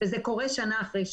וזה קורה שנה אחרי שנה.